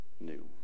new